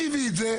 מי הביא את זה?